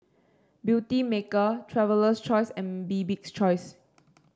Beautymaker Traveler's Choice and Bibik's Choice